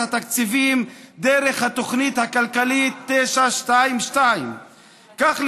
התקציבים דרך התוכנית הכלכלית 922. כך,